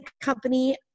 company